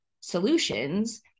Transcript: solutions